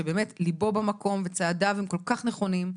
שליבו במקום וצעדיו הם כל כך נכונים.